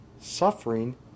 Suffering